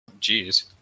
Jeez